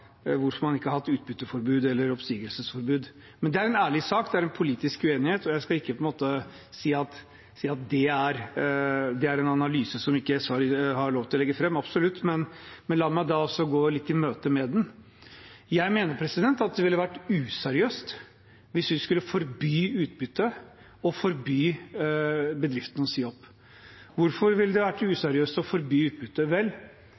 ikke har hatt utbytteforbud eller oppsigelsesforbud. Det er en ærlig sak. Det er en politisk uenighet. Jeg skal absolutt ikke si at det er en analyse som SV ikke har lov til å legge fram, men la meg da imøtegå den litt. Jeg mener at det ville vært useriøst hvis vi skulle forby utbytte og forby bedriftene å si opp. Hvorfor ville det ha vært useriøst å forby utbytte? Vel,